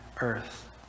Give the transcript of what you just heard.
earth